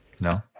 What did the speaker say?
No